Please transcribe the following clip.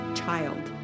child